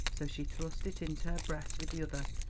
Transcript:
so she thrust it in her breast with the other,